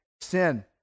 sin